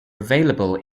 available